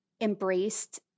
embraced